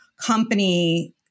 company